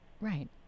right